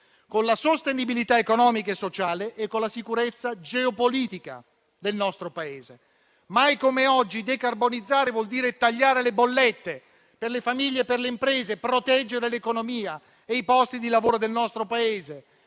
con la sostenibilità economica e sociale e con la sicurezza geopolitica del nostro Paese. Mai come oggi decarbonizzare vuol dire tagliare le bollette per le famiglie e per le imprese, proteggere l'economia e i posti di lavoro del nostro Paese.